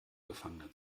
gefangene